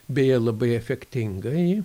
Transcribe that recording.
beje labai efektingai